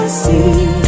see